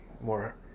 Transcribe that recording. more